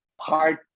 hard